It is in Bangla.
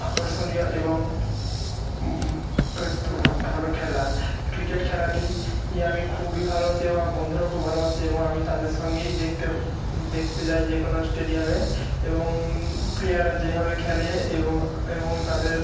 আকর্ষণীয় এবং ভালো খেলা ক্রিকেট খেলাটি ই আমি খুবই ভালোবাসি এবং আমার বন্ধুরাও খুবই ভালোবাসে এবং আমি তাদের সঙ্গেই দেখতে যাই যে কোনো স্টেডিয়ামে এবং প্লেয়াররা যেভাবে খেলে এবং তাদের